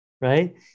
Right